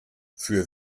für